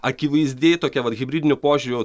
akivaizdi tokia vat hibridiniu požiūriu